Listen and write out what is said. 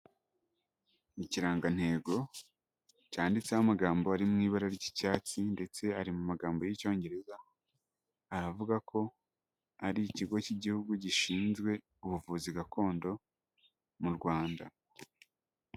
Ikirangantego cyanditseho amagambo ari mu ibara ry'icyatsi ndetse ari mu magambo y'Icyongereza, aravuga ko ari ikigo cy'Igihugu gishinzwe ubuvuzi gakondo mu Rwanda.